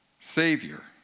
savior